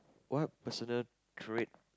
what personal trait